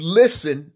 listen